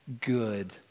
good